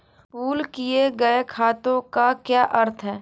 Pool किए गए खातों का क्या अर्थ है?